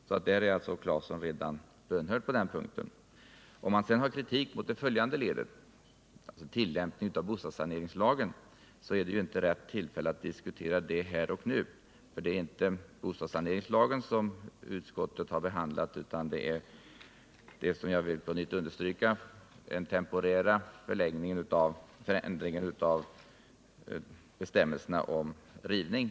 Tore Claeson är alltså redan bönhörd på den punkten. Om Tore Claeson sedan har kritik mot det följande ledet — tillämpningen av bostadssaneringslagen — är det inte rätt tillfälle att diskutera det här och nu. Det är inte bostadssaneringslagen som utskottet behandlat utan det är, som jag på nytt vill understryka, den temporära förändringen av bestämmelsen om rivning.